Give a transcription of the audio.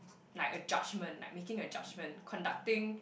like a judgement like making a judgement conducting